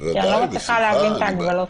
כי אני לא מצליחה להבין את ההגבלות האלה.